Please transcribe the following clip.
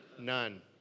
None